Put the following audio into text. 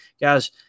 guys